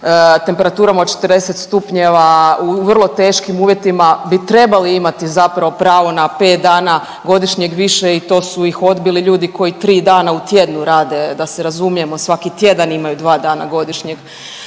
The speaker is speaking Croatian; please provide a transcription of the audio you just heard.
temperaturama od 40 stupnjeva u vrlo teškim uvjetima bi trebali imati zapravo pravo na 5 dana godišnjeg više i to su iz odbili ljudi koji 3 dana u tjednu rade, da se razumijemo svaki tjedan imaju 2 dana godišnjeg